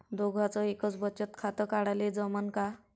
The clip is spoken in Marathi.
दोघाच एकच बचत खातं काढाले जमनं का?